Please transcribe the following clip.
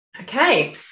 Okay